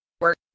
work